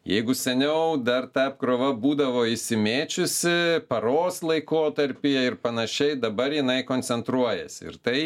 jeigu seniau dar ta apkrova būdavo išsimėčiusi paros laikotarpyje ir panašiai dabar jinai koncentruojasi ir tai